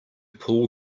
pull